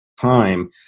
time